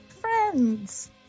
friends